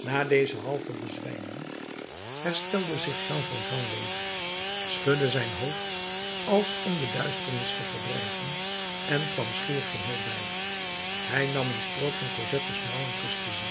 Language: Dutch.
na deze halve bezwijming herstelde zich jean valjean weder schudde zijn hoofd als om de duisternis te verdrijven en kwam schier geheel bij hij nam een strook van cosettes mouw en kuste ze